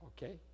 Okay